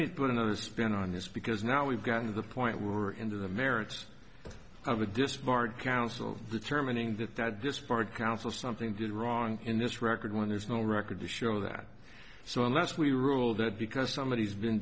me put another spin on this because now we've gotten to the point we were into the merits of a disbarred counsel determining that that this part counsel something did wrong in this record when there's no record to show that so unless we rule that because somebody has been